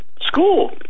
School